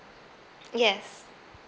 yes